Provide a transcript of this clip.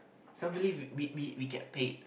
can't believe we we we get paid